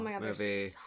movie